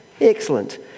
Excellent